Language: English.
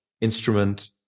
instrument